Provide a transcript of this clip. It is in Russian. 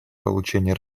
получение